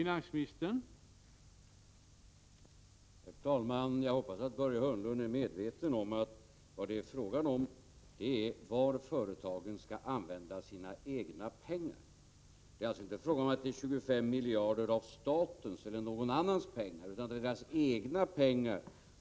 Herr talman! Jag hoppas att Börje Hörnlund är medveten om att det här är fråga om var företagen skall använda sina egna pengar. Det är alltså inte 25 miljarder av statens eller någon annans pengar, utan det är företagens egna pengar.